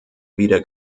wieder